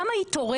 כמה היא תורמת?